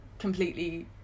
completely